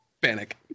panic